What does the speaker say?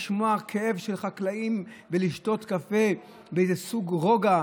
לשמוע כאב של חקלאים ולשתות קפה בסוג של רוגע,